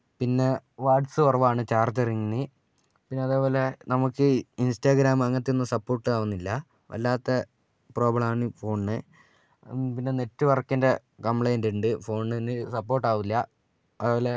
പിന്നെ വാട്ട്സ് കുറവാണ് ചാർജറിന് പിന്നെ അതെപോലെ നമുക്ക് ഇൻസ്റ്റഗ്രാം അങ്ങനത്തെയൊന്നും സപ്പോട്ടാവുന്നില്ല വല്ലാത്ത പ്രോബ്ളമാണ് ഫോണിന് പിന്നെ നെറ്റ്വർക്കിൻ്റെ കംപ്ലൈൻറ്റുണ്ട് ഫോണിന് സപ്പോട്ടാവില്ല അതുപോലെ